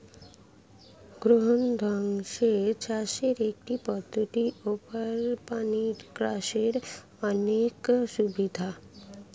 গৃহমধ্যস্থ চাষের একটি পদ্ধতি, এরওপনিক্সের অনেক সুবিধা